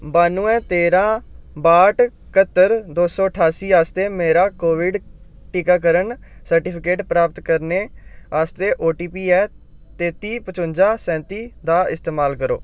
बानुऐ तेरां बाह्ठ कह्त्तर दो सौ ठास्सी आस्तै मेरा कोविड टीकाकरण सर्टिफिकेट प्राप्त करने आस्तै ओ टी पी ऐ तेत्ती पचुन्जा सैंत्ती दा इस्तमाल करो